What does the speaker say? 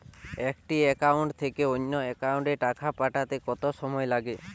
একটি একাউন্ট থেকে অন্য একাউন্টে টাকা পাঠাতে কত সময় লাগে?